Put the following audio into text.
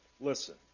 Listen